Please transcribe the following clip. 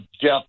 Jeff